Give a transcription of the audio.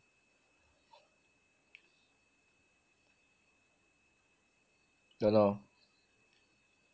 don't know